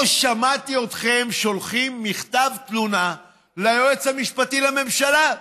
לא שמעתי אתכם שולחים מכתב תלונה ליועץ המשפטי לממשלה,